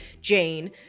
Jane